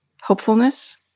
hopefulness